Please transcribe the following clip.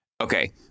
Okay